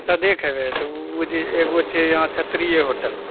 सादे खेबै तऽ ओ जे एगो छै यहाँ क्षत्रीय होटल